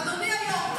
אדוני היו"ר,